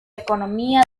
economía